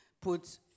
put